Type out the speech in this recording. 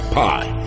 pie